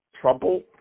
trouble